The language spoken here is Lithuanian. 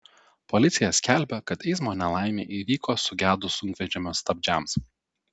policija skelbia kad eismo nelaimė įvyko sugedus sunkvežimio stabdžiams